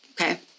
okay